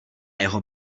jeho